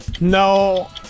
No